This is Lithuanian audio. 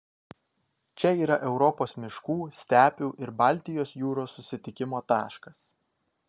čia yra europos miškų stepių ir baltijos jūros susitikimo taškas